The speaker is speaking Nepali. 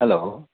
हेलो